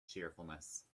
cheerfulness